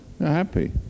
happy